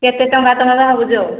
କେତେ ଟଙ୍କା ତମେ ଭାବୁଛ